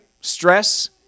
Stress